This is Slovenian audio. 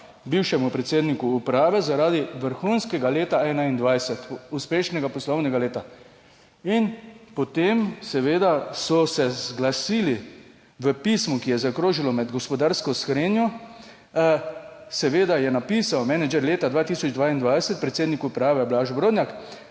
bivšemu predsedniku uprave zaradi vrhunskega leta 2021, uspešnega poslovnega leta. In potem seveda so se zglasili v pismu, ki je zaokrožilo med gospodarsko srenjo. Seveda je napisal Manager leta 2022: predsednik uprave Blaž Brodnjak